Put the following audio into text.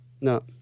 No